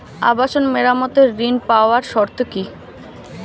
আবাসন মেরামতের ঋণ পাওয়ার শর্ত কি?